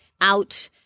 out